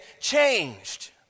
changed